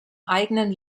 eigenen